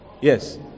Yes